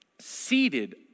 seated